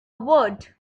word